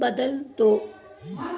ਬਦਲ ਦੋ